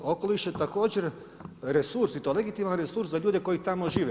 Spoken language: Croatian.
Okoliš je također resurs i to legitiman resurs za ljude koji tamo žive.